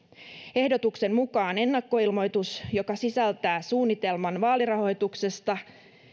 ehdotuksen mukaan ennakkoilmoitus joka sisältää suunnitelman vaalirahoituksesta